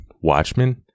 Watchmen